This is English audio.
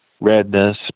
redness